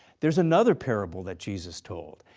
there's another parable that jesus told.